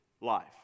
life